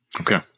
Okay